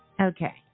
Okay